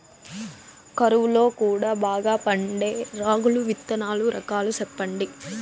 కరువు లో కూడా బాగా పండే రాగులు విత్తనాలు రకాలు చెప్పండి?